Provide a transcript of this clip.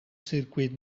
circuit